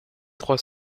trois